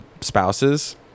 spouses